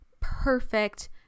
perfect